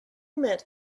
met